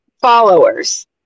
followers